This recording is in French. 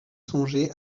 songé